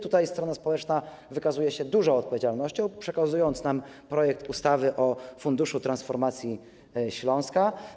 Tutaj strona społeczna wykazuje się dużą odpowiedzialnością, przekazując nam projekt ustawy o Funduszu Transformacji Śląska.